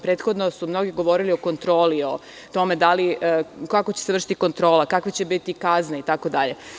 Prethodno su mnogi govorili o kontroli, o tome kako će se vršiti kontrola, kakve će biti kazne itd.